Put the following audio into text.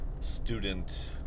student